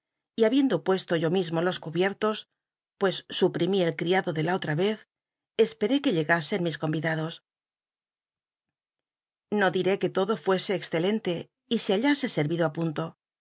y habiendo puesto yo mismo los cubiertos pues suprimí el iado de la otra vez esperé que llegasen mis convidados no diré que todo fuese excelente y se hallase é